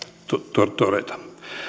todeta todeta